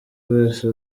wese